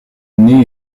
new